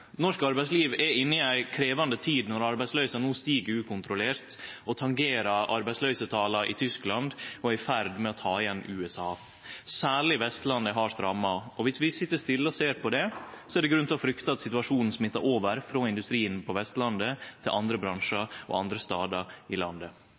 Norsk arbeidsliv er inne i ei krevjande tid når arbeidsløysa no stig ukontrollert og tangerer arbeidsløysetala i Tyskland og er i ferd med å ta igjen USA. Særleg Vestlandet er hardt ramma. Viss vi sit stille og ser på det, er det grunn til å frykte at situasjonen smittar over frå industrien på Vestlandet til andre